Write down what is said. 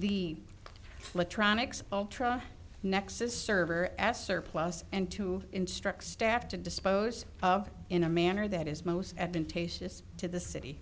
the electronics ultra nexus server as surplus and to instruct staff to dispose of it in a manner that is most advantageous to the city